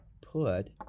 put